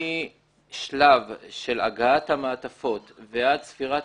משלב של הגעת המעטפות ועד ספירת